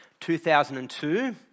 2002